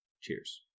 cheers